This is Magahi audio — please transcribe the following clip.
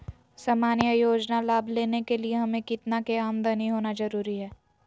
सामान्य योजना लाभ लेने के लिए हमें कितना के आमदनी होना जरूरी है?